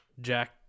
jack